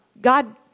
God